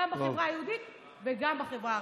גם בחברה היהודית וגם בחברה הערבית.